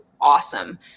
awesome